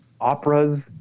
operas